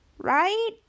Right